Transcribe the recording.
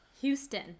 Houston